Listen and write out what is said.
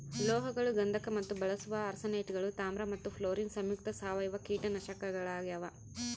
ಲೋಹಗಳು ಗಂಧಕ ಮತ್ತು ಬಳಸುವ ಆರ್ಸೆನೇಟ್ಗಳು ತಾಮ್ರ ಮತ್ತು ಫ್ಲೋರಿನ್ ಸಂಯುಕ್ತ ಸಾವಯವ ಕೀಟನಾಶಕಗಳಾಗ್ಯಾವ